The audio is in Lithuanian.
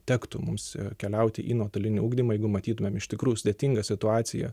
tektų mums keliauti į nuotolinį ugdymą jeigu matytumėm iš tikrųjų sudėtingą situaciją